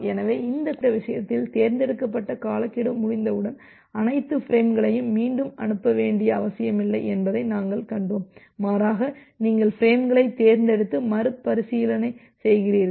எனவே இந்த குறிப்பிட்ட விஷயத்தில் தேர்ந்தெடுக்கப்பட்ட காலக்கெடு முடிந்தவுடன் அனைத்து பிரேம்களையும் மீண்டும் அனுப்ப வேண்டிய அவசியமில்லை என்பதை நாங்கள் கண்டோம் மாறாக நீங்கள் பிரேம்களைத் தேர்ந்தெடுத்து மறுபரிசீலனை செய்கிறீர்கள்